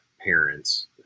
parents